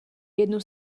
jednu